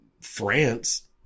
France